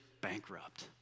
bankrupt